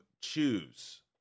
choose